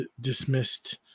dismissed